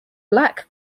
black